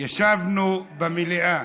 ישבנו במליאה,